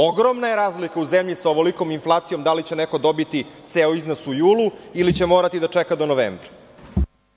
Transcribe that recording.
Ogromna je razlika u zemlji sa ovolikom inflacijom da li će neko dobiti ceo iznos u julu ili će morati da čeka do novembra.